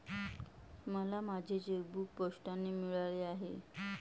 मला माझे चेकबूक पोस्टाने मिळाले आहे